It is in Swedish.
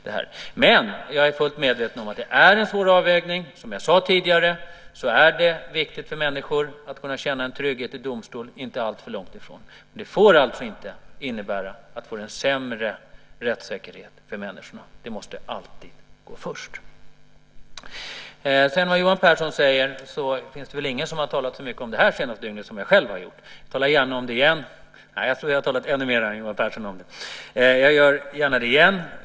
Jag är dock fullt medveten om att det är en svår avvägning. Som jag sade tidigare är det viktigt för människor att kunna känna en trygghet i domstol, inte alltför långt ifrån. Det får alltså inte innebära en sämre rättssäkerhet för människorna. Det måste alltid gå först. Apropå vad Johan Pehrson säger finns det väl ingen som har talat så mycket om den frågan så mycket som jag det senaste dygnet. Jag talar gärna om den igen. Jag tror att jag har talat ännu mer än Johan Pehrson om den.